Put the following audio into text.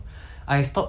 no is it no no no no I S